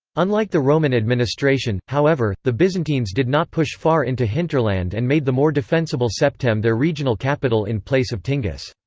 unlike the roman administration, however, the byzantines did not push far into hinterland and made the more defensible septem their regional capital in place of tingis.